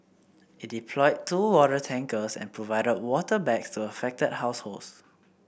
it deployed two water tankers and provided water bags to affected households